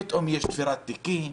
פתאום יש תפירת תיקים,